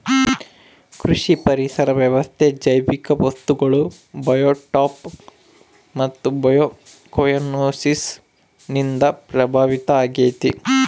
ಕೃಷಿ ಪರಿಸರ ವ್ಯವಸ್ಥೆ ಜೈವಿಕ ವಸ್ತುಗಳು ಬಯೋಟೋಪ್ ಮತ್ತು ಬಯೋಕೊಯನೋಸಿಸ್ ನಿಂದ ಪ್ರಭಾವಿತ ಆಗೈತೆ